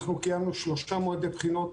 אנחנו קיימנו שלושה מועדי בחינות